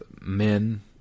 men